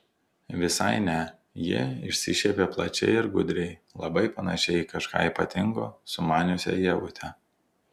visai ne ji išsišiepė plačiai ir gudriai labai panašiai į kažką ypatingo sumaniusią ievutę